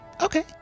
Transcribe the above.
Okay